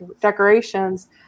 decorations